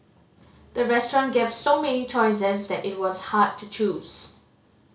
the restaurant gave so many choices that it was hard to choose